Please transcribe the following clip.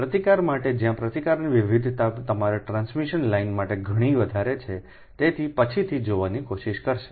પ્રતિકાર માટે જ્યાં પ્રતિકારની વિવિધતા તમારી ટ્રાન્સમિશન લાઇન માટે ઘણી વધારે છેતેથી પછીથી જોવાની કોશિશ કરશે